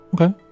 Okay